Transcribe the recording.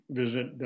visit